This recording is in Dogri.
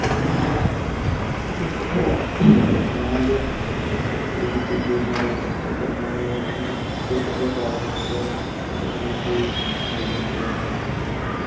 दिक्खो में ते जेह्ड़ी चीज़ें गी परैफर करना ओह् ऐ कि पेंट दे बॉट्टर कल्लर उंदे कन्नै स्हेई पेंटिंग उंदे कन्नै गै होंदी ऐ